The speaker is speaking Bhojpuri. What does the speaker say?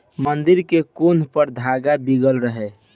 मंदिर के कोना पर धागा बीगल रहे